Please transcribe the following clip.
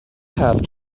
have